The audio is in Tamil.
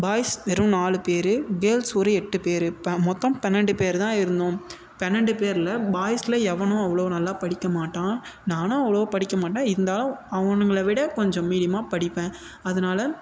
பாய்ஸ் வெறும் நாலு பேர் கேர்ள்ஸ் ஒரு எட்டு பேர் இப்போ மொத்தம் பன்னெண்டு பேர் தான் இருந்தோம் பன்னெண்டு பேரில் பாய்ஸில் எவனும் அவ்வளோ நல்லா படிக்க மாட்டான் நானும் அவ்வளோவா படிக்க மாட்டேன் இருந்தாலும் அவனுங்களை விட கொஞ்சம் மீடியமாக படிப்பேன் அதனால்